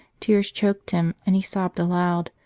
tears choked him, and he sobbed aloud,